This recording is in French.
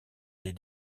des